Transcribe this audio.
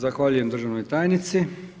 Zahvaljujem državnoj tajnici.